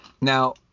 Now